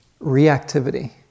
Reactivity